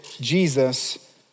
Jesus